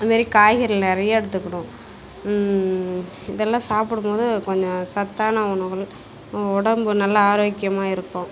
அதுமாரி காய்கறிகள் நிறையா எடுத்துக்கணும் இதெல்லாம் சாப்புடும் போது கொஞ்சம் சத்தான உணவுகள் உடம்பு நல்லா ஆரோக்கியமாக இருக்கும்